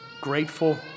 grateful